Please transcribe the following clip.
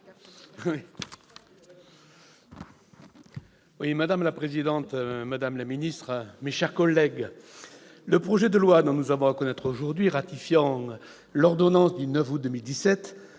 Madame la présidente, madame la secrétaire d'État, mes chers collègues, le projet de loi dont nous avons à connaître aujourd'hui, qui ratifie l'ordonnance du 9 août 2017